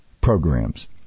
programs